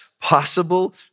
possible